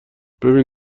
ببین